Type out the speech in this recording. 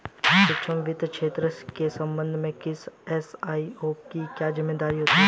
सूक्ष्म वित्त क्षेत्र के संबंध में किसी एस.आर.ओ की क्या जिम्मेदारी होती है?